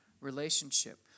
relationship